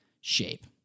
shape